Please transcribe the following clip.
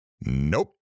Nope